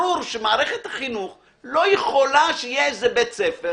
ברור שמערכת החינוך לא יכולה שיהיה איזה בית ספר